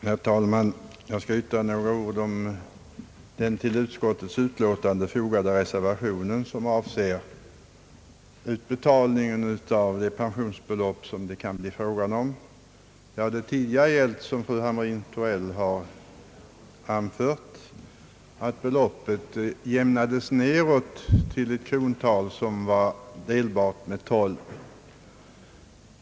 Herr talman! Jag skall yttra några ord om den till utskottets utlåtande fogade reservationen, som avser utbetalning av det pensionsbelopp som det kan bli fråga om. Tidigare gällde, som fru Hamrin-Thorell har anfört, att beloppet jämnades nedåt till ett krontal som var delbart med 12.